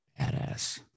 Badass